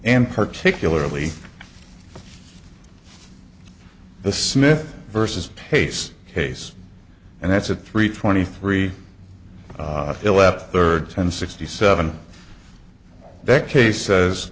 and particularly the smith vs pace case and that's at three twenty three philip third ten sixty seven that case